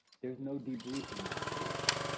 there's no debriefing afterwards,